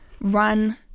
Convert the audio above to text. run